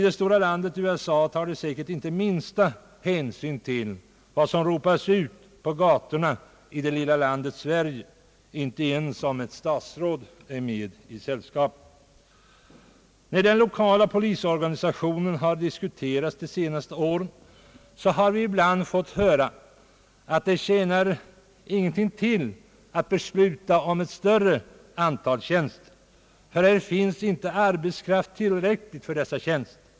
Det stora landet USA tar säkert inte minsta hänsyn till vad som ropas ut på gatorna i det lilla landet Sverige, inte ens om ett statsråd är med i sällskapet. När den lokala polisorganisationen har diskuterats under de senaste åren, har vi ibland fått höra att det inte tjänar något till att besluta om ett större antal tjänster, för här finns inte arbetskraft tillräckligt för dessa tjänster.